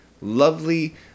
Lovely